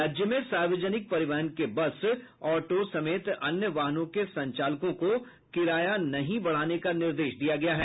राज्य में सार्वजनिक परिवहन के बस ऑटो समेत अन्य वाहनों के संचालकों को किराया नहीं बढ़ाने का निर्देश दिया गया है